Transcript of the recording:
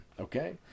okay